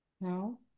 No